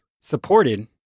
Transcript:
supported